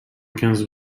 quinze